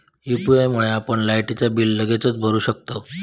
UPI मुळे आपण लायटीचा बिल लगेचच भरू शकतंव